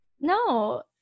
No